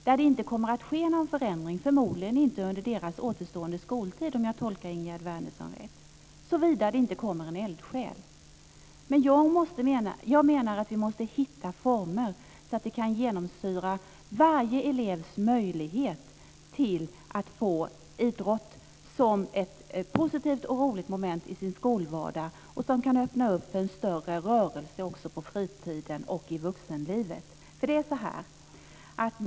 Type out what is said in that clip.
Där kommer det inte att ske någon förändring, förmodligen inte under de elevernas återstående skoltid, om jag tolkar Ingegerd Wärnersson rätt - såvida det inte kommer en eldsjäl. Jag menar att vi måste hitta former som kan genomsyra varje elevs möjlighet att få idrott som ett positivt och roligt moment i sin skolvardag och kan öppna för mera rörelse också på fritiden och i vuxenlivet.